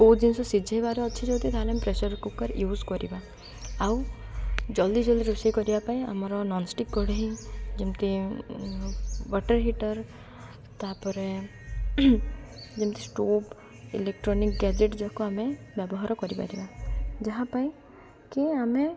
କେଉଁ ଜିନିଷ ସିଝେଇବାର ଅଛି ଯଦି ତା'ହେଲେ ଆମେ ପ୍ରେସର୍ କୁକର୍ ୟୁଜ୍ କରିବା ଆଉ ଜଲ୍ଦି ଜଲ୍ଦି ରୋଷେଇ କରିବା ପାଇଁ ଆମର ନନ୍ଷ୍ଟିକ୍ କଢ଼େଇ ଯେମିତି ୱାଟର୍ ହିଟର୍ ତା'ପରେ ଯେମିତି ଷ୍ଟୋଭ୍ ଇଲେକ୍ଟ୍ରୋନିକ୍ ଗେଜେଟ୍ ଯାକୁ ଆମେ ବ୍ୟବହାର କରିପାରିବା ଯାହା ପାଇଁ କି ଆମେ